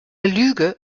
lüge